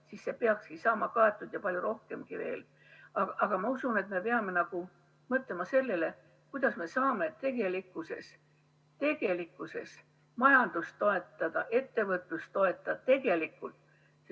siis see peakski saama kaetud ja palju rohkemgi veel. Aga ma usun, et me peame mõtlema sellele, kuidas me saame majandust toetada, ettevõtlust toetada,